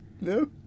no